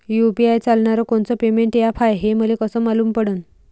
UPI चालणारं कोनचं payment app हाय, हे मले कस मालूम पडन?